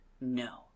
no